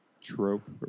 trope